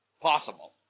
possible